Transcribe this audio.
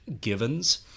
givens